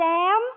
Sam